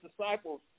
disciples